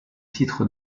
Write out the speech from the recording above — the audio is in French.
titres